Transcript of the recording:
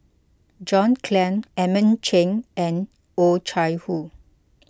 John Clang Edmund Cheng and Oh Chai Hoo